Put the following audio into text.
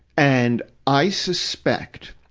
and, i suspect,